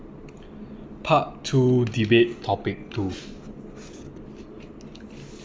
part two debate topic two